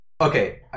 Okay